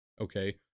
Okay